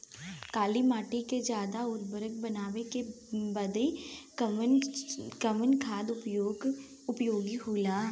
काली माटी के ज्यादा उर्वरक बनावे के बदे कवन खाद उपयोगी होला?